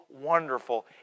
wonderful